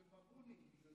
אתם בבונים, בגלל זה.